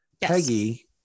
Peggy-